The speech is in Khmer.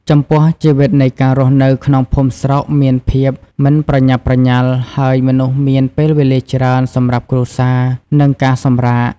ចំពោះ ជីវិតនៃការរស់នៅក្នុងភូមិស្រុកមានភាពមិនប្រញាប់ប្រញាល់ ហើយមនុស្សមានពេលវេលាច្រើនសម្រាប់គ្រួសារ និងការសម្រាក។